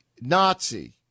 Nazi